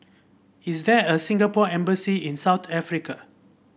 is there a Singapore Embassy in South Africa